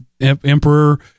Emperor